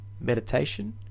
Meditation